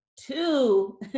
Two